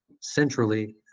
centrally